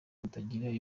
kutagira